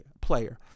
player